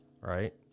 Right